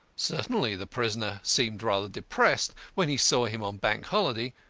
certainly the prisoner seemed rather depressed when he saw him on bank holiday,